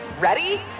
Ready